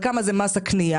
וכמה זה מס הקנייה,